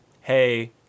hey